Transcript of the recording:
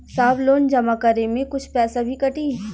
साहब लोन जमा करें में कुछ पैसा भी कटी?